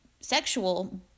sexual